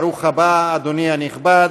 ברוך הבא, אדוני הנכבד,